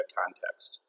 context